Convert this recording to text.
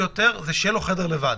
ביותר, שזה שיהיה לו חדר לבד.